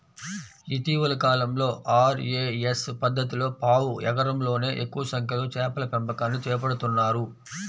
ఇటీవలి కాలంలో ఆర్.ఏ.ఎస్ పద్ధతిలో పావు ఎకరంలోనే ఎక్కువ సంఖ్యలో చేపల పెంపకాన్ని చేపడుతున్నారు